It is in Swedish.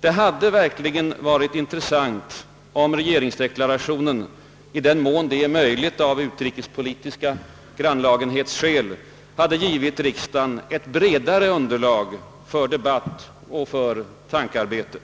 Det hade verkligen varit intressant om regeringsdeklarationen, i den mån det är möjligt av utrikespolitiska grannlagenhetsskäl, hade givit riksdagen ett bredare underlag för debatt och tankearbete.